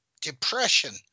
depression